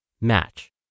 Match